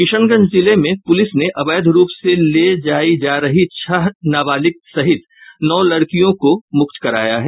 किशनगंज जिले में पुलिस ने अवैध रूप से ले जायी जा रही छह नावालिक सहित नौ लड़कियों को मुक्त कराया है